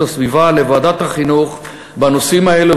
הסביבה לוועדת החינוך בנושאים האלה,